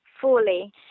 Fully